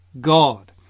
God